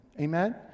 Amen